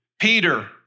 Peter